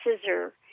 scissor